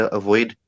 avoid